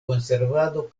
konservado